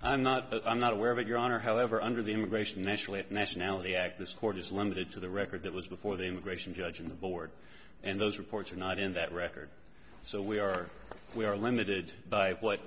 i'm not i'm not aware of it your honor however under the immigration nationally nationality act this court is limited to the record that was before they were gratian judge in the board and those reports are not in that record so we are we are limited by what